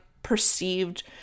perceived